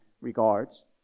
regards